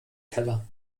keller